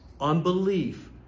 unbelief